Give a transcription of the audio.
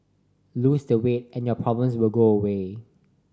loose the weight and your problems will go away